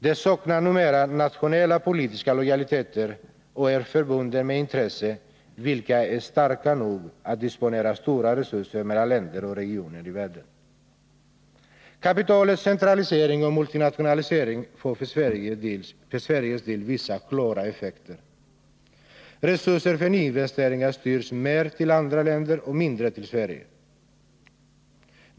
Den saknar numera nationella politiska lojaliteter och är förbunden med intressen vilka är starka nog att disponera om stora resurser mellan länder och regioner i världen. Kapitalets centralisering och multinationalisering får för Sveriges del vissa klara effekter. Resurser för nyinvesteringar styrs nu till andra länder och mindre till Sverige.